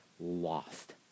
lost